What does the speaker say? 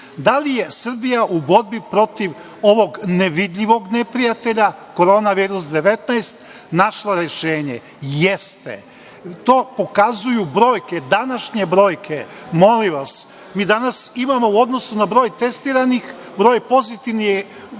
li je Srbija u borbi protiv ovog nevidljivog neprijatelja – Koronavirus-19, našla rešenje? Jeste. To pokazuju današnje brojke. Molim vas, mi danas imamo, u odnosu na broj testiranih, broj pozitivnih